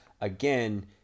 again